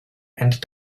and